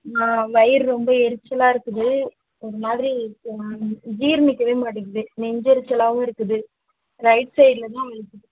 ஆ வயிறு ரொம்ப எரிச்சலாக இருக்குது ஒரு மாதிரி ஒரு மாதிரி ஜீரணிக்க மாட்டிக்கிது நெஞ்செரிச்சலாகவும் இருக்குது ரைட் சைடில் தான் வலிக்குது